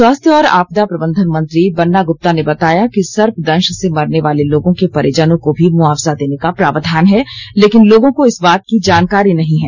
स्वास्थ्य और आपदा प्रबंधन मंत्री बन्ना गुप्ता ने बताया कि सर्पदंश से मरने वाले लोगों के परिजनों को भी मुआवजा देने का प्रावधान है लेकिन लोगों को इस बात की जानकारी नहीं है